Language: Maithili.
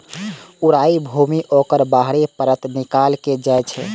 चाउरक भूसी ओकर बाहरी परत सं निकालल जाइ छै